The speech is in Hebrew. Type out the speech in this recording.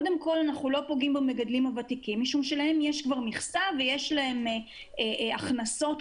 הכללים החדשים לא מדברים על לולי מעוף,